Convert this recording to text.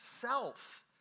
self